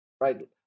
right